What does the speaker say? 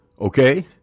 Okay